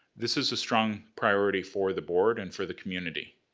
this is a strong priority for the board and for the community.